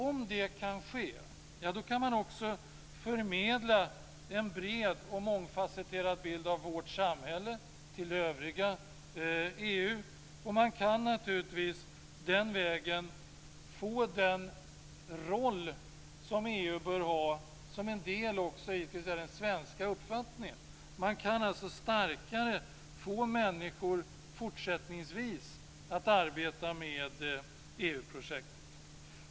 Om det kan ske kan man också förmedla en bred och mångfasetterad bild av vårt samhälle till övriga EU, och man kan naturligtvis den vägen få den roll som EU bör ha som en del i den svenska uppfattningen. Man kan alltså starkare få människor att fortsättningsvis arbeta med EU-projektet.